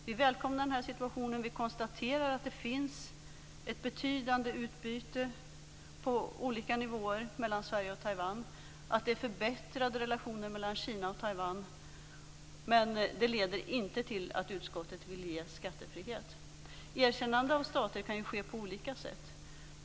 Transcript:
Vi välkomnar alltså den här situationen och konstaterar att det finns ett betydande utbyte på olika nivåer mellan Sverige och Taiwan och att det är förbättrade relationer mellan Kina och Taiwan, men detta leder inte till att utskottet vill ge skattefrihet. Erkännande av stater kan ju ske på olika sätt.